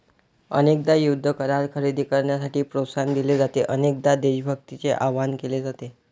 अनेकदा युद्ध करार खरेदी करण्यासाठी प्रोत्साहन दिले जाते, अनेकदा देशभक्तीचे आवाहन केले जाते